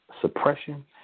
suppression